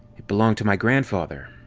it belonged to my grandfather.